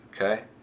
okay